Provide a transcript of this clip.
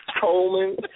Coleman